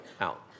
out